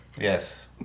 Yes